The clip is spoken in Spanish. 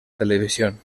televisión